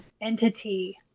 entity